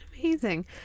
amazing